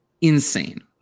Insane